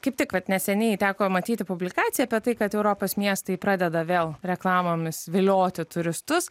kaip tik vat neseniai teko matyti publikaciją apie tai kad europos miestai pradeda vėl reklamomis vilioti turistus